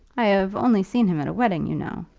i have only seen him at a wedding, you know.